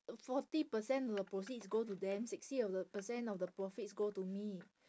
forty percent of the proceeds go to them sixty of the percent of the profits go to me